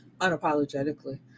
unapologetically